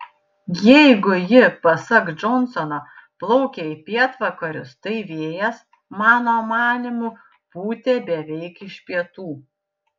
jeigu ji pasak džonsono plaukė į pietvakarius tai vėjas mano manymu pūtė beveik iš pietų